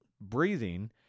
breathing